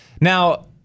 Now